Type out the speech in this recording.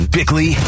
Bickley